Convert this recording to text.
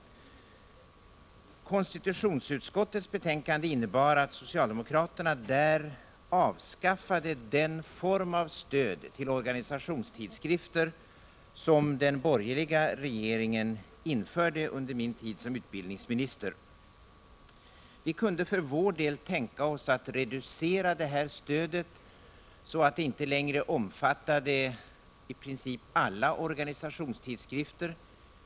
Konstitutionsutskottets betänkande innebar att socialdemokraterna avskaffade den form av stöd till organisationstidskrifter som den borgerliga regeringen införde under min tid som utbildningsminister. Vi kunde för vår del tänka oss att reducera det här stödet så att det inte längre omfattade i princip alla organisationstidskrifter.